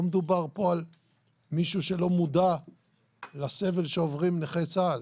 לא מדובר פה על מישהו שלא מודע לסבל שעוברים נכי צה"ל,